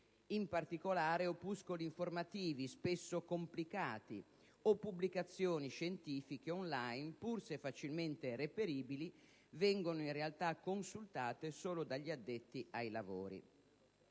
In particolare, opuscoli informativi (spesso complicati) o pubblicazioni scientifiche *on line*, pur se facilmente reperibili, vengono in realtà consultate solo dagli addetti ai lavori.